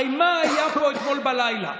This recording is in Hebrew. הרי מה היה פה אתמול בלילה,